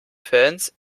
fans